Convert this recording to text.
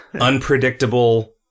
unpredictable